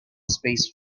space